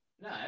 No